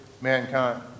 Mankind